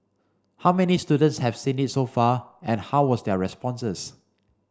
how many students have seen it so far and how was their responses